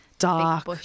Dark